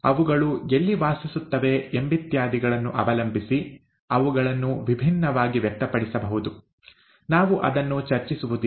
ಅವುಗಳು ಎಲ್ಲಿ ವಾಸಿಸುತ್ತವೆ ಎಂಬಿತ್ಯಾದಿಗಳನ್ನು ಅವಲಂಬಿಸಿ ಅವುಗಳನ್ನು ವಿಭಿನ್ನವಾಗಿ ವ್ಯಕ್ತಪಡಿಸಬಹುದು ನಾವು ಅದನ್ನು ಚರ್ಚಿಸುವುದಿಲ್ಲ